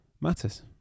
matters